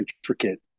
intricate